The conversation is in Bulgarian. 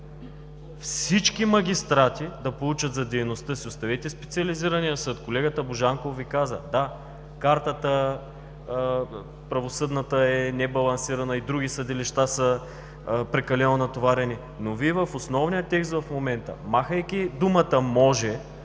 всички магистрати да получат нещо за дейността си. Оставете Специализирания съд. Колегата Божанков Ви каза: „Да, правосъдната карта е небалансирана и други съдилища са прекалено натоварени“. Но Вие в основния текст в момента, махайки думата „може“,